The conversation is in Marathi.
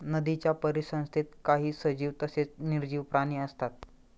नदीच्या परिसंस्थेत काही सजीव तसेच निर्जीव प्राणी असतात